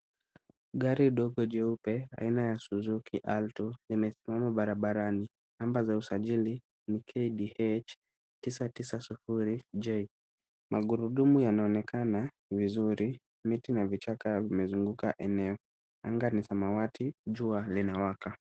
Gari dogo jeupe aina ya Suzuki alto limesimama barabarani. Namba za usajili ni KDH 990J .Magurudumu yanaonekana vizuri. Miti na vichaka vimezunguka eneo. Anga ni samawati, jua linawaka.